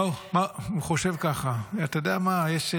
כן.